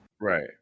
right